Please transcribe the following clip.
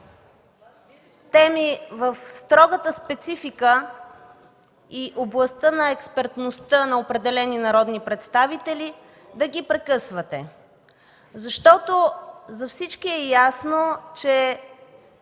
теми в строгата специфика и областта на експертността на определени народни представители, да ги прекъсвате, защото за всички е ясно, че